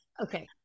Okay